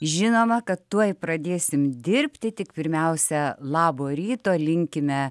žinoma kad tuoj pradėsim dirbti tik pirmiausia labo ryto linkime